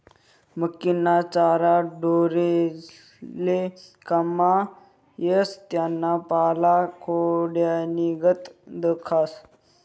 मक्कीना चारा ढोरेस्ले काममा येस त्याना पाला खोंड्यानीगत दखास